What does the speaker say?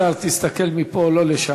שני דפים, ואני גם צריך להאריך עד שכולם יבואו.